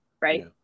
right